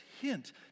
hint